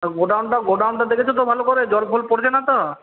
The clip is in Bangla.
গোডাউনটা গোডাউনটা দেখেছ তো ভালো করে জল ফল পড়ছে না তো